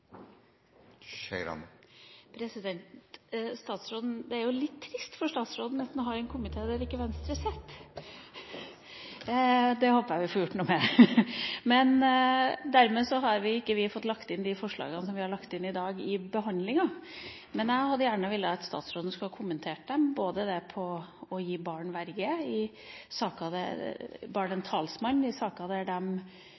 en komité hvor Venstre ikke sitter. Det håper jeg vi får gjort noe med. Dermed har vi ikke fått lagt inn de forslagene vi har fremmet i dag, i behandlinga. Men jeg vil gjerne at statsråden kommenterer dem, både det som handler om å gi barn verge eller en talsmann i saker